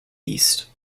east